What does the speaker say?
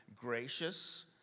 gracious